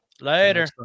Later